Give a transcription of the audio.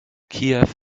kiew